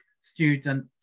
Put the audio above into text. student